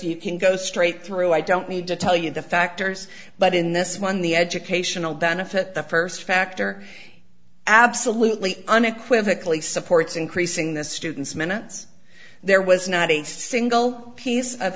you can go straight through i don't need to tell you the factors but in this one the educational benefit the first factor absolutely unequivocally supports increasing the student's minutes there was not a single piece of